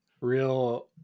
Real